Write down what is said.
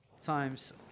times